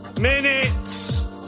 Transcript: minutes